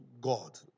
God